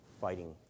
fighting